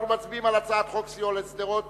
אנחנו מצביעים על הצעת חוק סיוע לשדרות